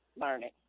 learning